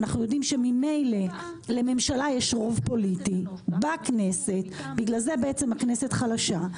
אנחנו יודעים שממילא לממשלה יש רוב פוליטי בכנסת ובגלל זה הכנסת חלשה,